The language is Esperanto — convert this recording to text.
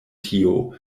tio